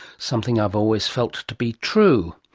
something i've always felt to be true.